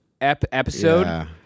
episode